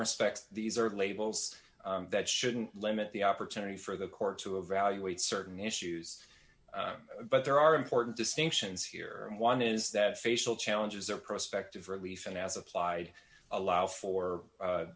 respects these are labels that shouldn't limit the opportunity for the court to evaluate certain issues but there are important distinctions here and one is that facial challenges or prospective relief and as applied allow for